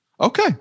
Okay